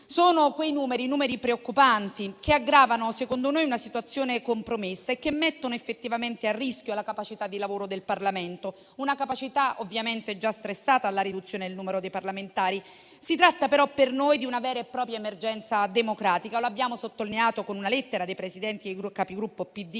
I numeri sono preoccupanti e aggravano il quadro, a nostro parere, di una situazione compromessa e mettono effettivamente a rischio la capacità di lavoro del Parlamento, una capacità ovviamente già stressata dalla riduzione del numero dei parlamentari. Si tratta però per noi di una vera e propria emergenza democratica. Lo abbiamo sottolineato con una lettera dei Presidenti dei Capigruppo PD